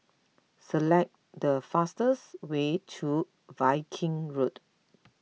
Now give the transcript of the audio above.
select the fastest way to Viking Road